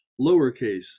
lowercase